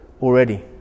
already